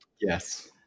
Yes